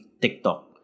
TikTok